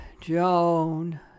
Joan